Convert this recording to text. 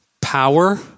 Power